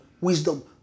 wisdom